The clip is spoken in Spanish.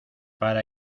para